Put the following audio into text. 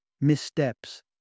missteps